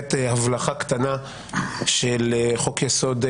למעט הבלחה קטנה של חוק יסוד: